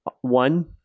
one